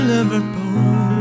Liverpool